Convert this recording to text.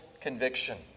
conviction